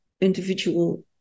individual